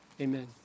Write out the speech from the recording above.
amen